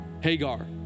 Hagar